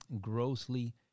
grossly